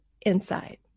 inside